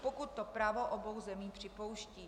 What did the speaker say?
Pokud to právo obou zemí připouští.